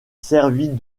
servit